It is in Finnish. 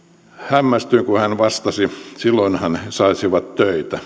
hämmästyin kun hän vastasi että silloinhan he saisivat töitä